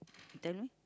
tell me